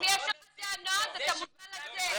אם יש לך טענות אתה מוזמן לצאת.